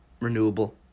renewable